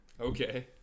Okay